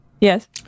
Yes